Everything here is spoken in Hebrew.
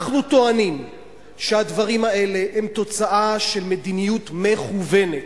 אנחנו טוענים שהדברים האלה הם תוצאה של מדיניות מכוונת.